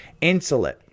Insulate